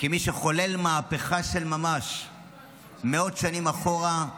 כמי שחולל מהפכה של ממש מאות שנים אחורה,